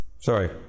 sorry